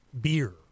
beer